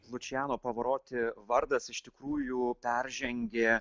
lučiano pavaroti vardas iš tikrųjų peržengė